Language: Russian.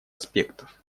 аспектов